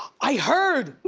i heard.